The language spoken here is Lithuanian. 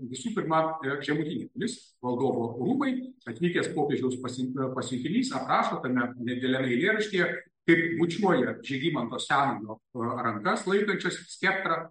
visų pirma yra žemutinė pilis valdovo rūmai atvykęs popiežiaus pas pasiuntinys aprašo ne dideliame eilėraštyje taip bučiuoja žygimanto senojo rankas laikančias skeptrą